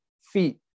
Feet